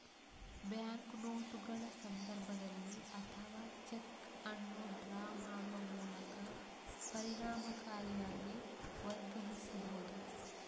bank ನೋಟುಗಳ ಸಂದರ್ಭದಲ್ಲಿ ಅಥವಾ ಚೆಕ್ ಅನ್ನು ಡ್ರಾ ಮಾಡುವ ಮೂಲಕ ಪರಿಣಾಮಕಾರಿಯಾಗಿ ವರ್ಗಾಯಿಸಬಹುದು